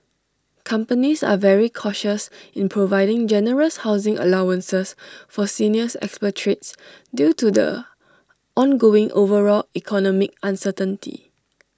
companies are very cautious in providing generous housing allowances for senior expatriates due to the ongoing overall economic uncertainty